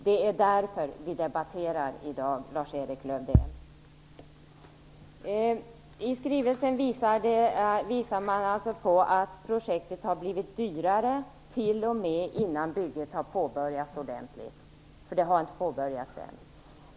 Det är därför vi debatterar i dag, I skrivelsen visar man alltså att projektet har blivit dyrare t.o.m. innan bygget har påbörjats ordentligt - det har inte påbörjats än.